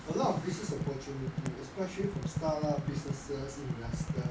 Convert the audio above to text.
a lot of business opportunity especially from start up businesses investor